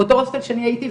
באותו הוסטל שאני הייתי,